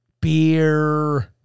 Beer